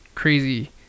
Crazy